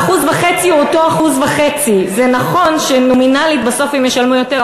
1.5% הוא אותו 1.5%. זה נכון שנומינלית בסוף הם ישלמו יותר,